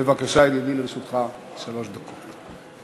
בבקשה, ידידי, לרשותך שלוש דקות.